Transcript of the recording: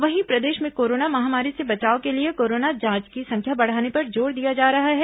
वहीं प्रदेश में कोरोना महामारी से बचाव के लिए कोरोना जांच की संख्या बढ़ाने पर जोर दिया जा रहा है